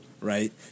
right